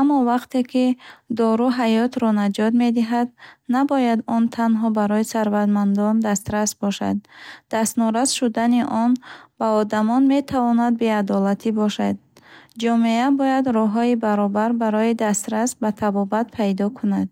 Аммо вақте ки дору ҳаётро наҷот медиҳад, набояд он танҳо барои сарватмандон дастрас бошад. Дастнорас шудани он ба одамон метавонад беадолатӣ бошад. Ҷомеа бояд роҳҳои баробар барои дастрас ба табобат пайдо кунад.